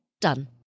done